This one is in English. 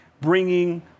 bringing